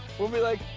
we'll be like,